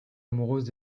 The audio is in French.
amoureuse